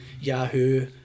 Yahoo